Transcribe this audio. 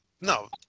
no